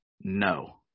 No